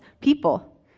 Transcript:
people